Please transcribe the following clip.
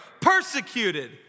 persecuted